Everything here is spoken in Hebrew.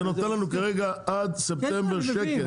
זה נותן לנו כרגע עד ספטמבר שקט.